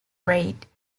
reid